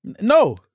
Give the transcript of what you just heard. No